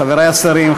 חברי השרים,